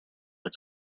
its